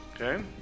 Okay